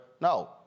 No